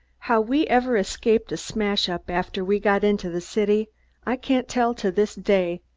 how we ever escaped a smash-up after we got into the city i can't tell to this day,